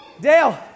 Dale